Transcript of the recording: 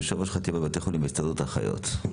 יושב-ראש חטיבת בתי חולים והסתדרות האחיות.